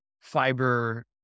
fiber